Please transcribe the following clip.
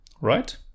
right